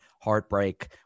Heartbreak